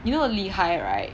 you know lee hi right